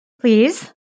Please